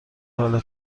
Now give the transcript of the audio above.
حال